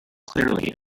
clearly